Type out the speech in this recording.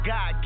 God